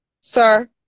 Sir